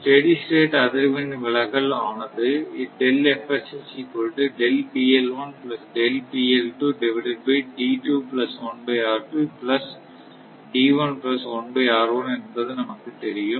steady state அதிர்வெண் விலகல் ஆனது என்பது நமக்குத் தெரியும்